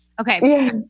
Okay